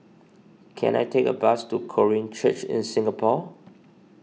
can I take a bus to Korean Church in Singapore